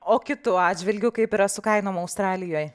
o kitu atžvilgiu kaip yra su kainom australijoj